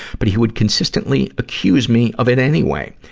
but he would consistently accuse me of it anyway.